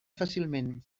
fàcilment